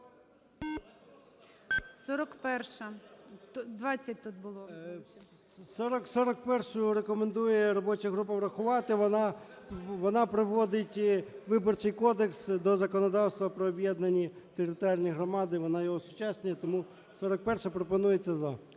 41-у рекомендує робоча група врахувати. Вона, вона приводить Виборчий кодекс до законодавства про об'єднані територіальні громади, вона його осучаснює. Тому 41-а пропонується "за".